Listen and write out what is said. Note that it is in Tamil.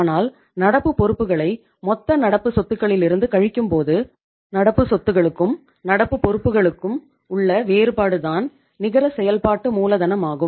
ஆனால் நடப்பு பொறுப்புகளை மொத்த நடப்பு சொத்துகளிலிருந்து கழிக்கும்போது நடப்பு சொத்துகளுக்கும் நடப்பு பொறுப்புகளுக்கு உள்ள வேறுபாடு தான் நிகர செயல்பாட்டு மூலதனமாகும்